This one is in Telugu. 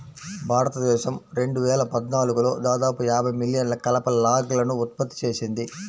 భారతదేశం రెండు వేల పద్నాలుగులో దాదాపు యాభై మిలియన్ల కలప లాగ్లను ఉత్పత్తి చేసింది